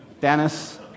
Dennis